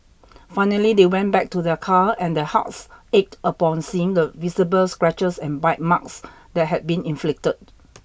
finally they went back to their car and their hearts ached upon seeing the visible scratches and bite marks that had been inflicted